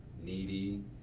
needy